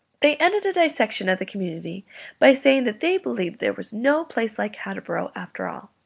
they ended a dissection of the community by saying that they believed there was no place like hatboro', after all.